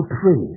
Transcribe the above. pray